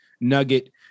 nugget